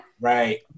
Right